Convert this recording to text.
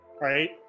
Right